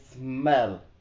smell